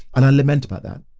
and i lament about that.